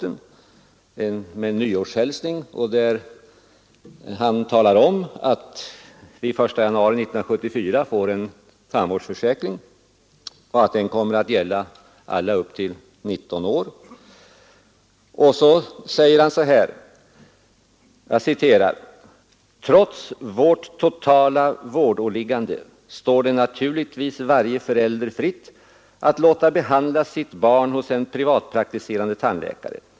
Brevet innehåller en nyårshälsning, och tandvårdschefen talar om att vi den 1 januari 1974 får en tandvårdsförsäkring och att tandvården blir kostnadsfri för alla t.o.m. 19 års ålder. I brevet heter det vidare: ”Trots vårt totala vårdåliggande står det naturligtvis varje förälder fritt att låta behandla sitt barn hos en privatpraktiserande tandläkare.